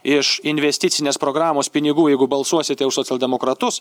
iš investicinės programos pinigų jeigu balsuosite už socialdemokratus